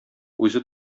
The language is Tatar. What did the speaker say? үзе